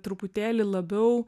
truputėlį labiau